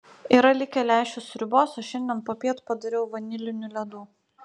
yra likę lęšių sriubos o šiandien popiet padariau vanilinių ledų